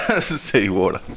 seawater